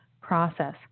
process